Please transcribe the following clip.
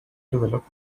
develop